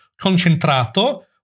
concentrato